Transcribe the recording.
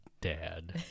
dad